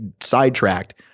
sidetracked